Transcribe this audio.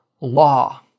law